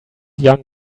young